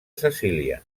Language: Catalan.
cecília